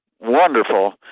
wonderful